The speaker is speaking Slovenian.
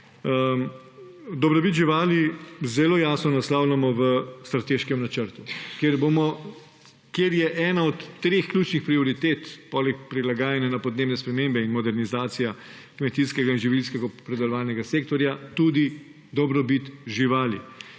Dobrobit živali zelo jasno naslavljamo v strateškem načrtu, kjer je ena od treh ključnih prioritet. Poleg prilagajanja na podnebne spremembe ter modernizacija kmetijskega in živilskega predelovalnega sektorja tudi dobrobit živali,